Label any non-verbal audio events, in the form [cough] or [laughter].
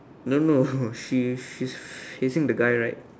no no [breath] she she's facing the guy right